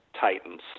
Titans